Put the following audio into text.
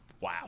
Wow